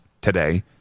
today